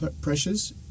pressures